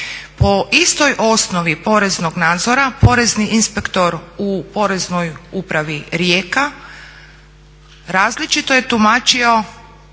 Po istoj osnovi poreznog nadzora porezni inspektor u Poreznoj upravi Rijeka različito je tumačio